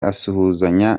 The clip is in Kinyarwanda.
asuhuzanya